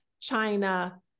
China